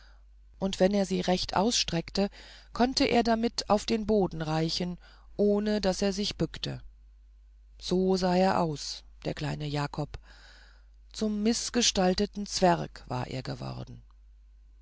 und wenn er sie recht ausstreckte konnte er damit auf den boden reichen ohne daß er sich bückte so sah er aus der kleine jakob zum mißgestalteten zwerg war er geworden